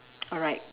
alright